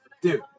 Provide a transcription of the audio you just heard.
Dude